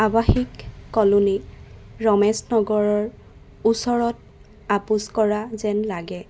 আৱাসিক ক'লোনী ৰমেশ নগৰৰ ওচৰত আপোচ কৰা যেন লাগে